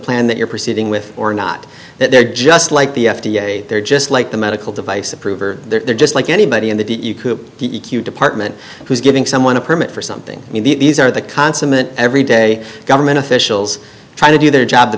plan that you're proceeding with or not that they're just like the f d a they're just like the medical device approve or they're just like anybody in the d e q department who's giving someone a permit for something i mean these are the consummate every day government officials trying to do their job the